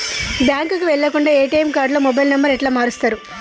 బ్యాంకుకి వెళ్లకుండా ఎ.టి.ఎమ్ కార్డుతో మొబైల్ నంబర్ ఎట్ల మారుస్తరు?